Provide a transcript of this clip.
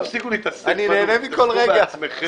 אולי תפסיקו להתעסק בנו ותתעסקו בעצמכם?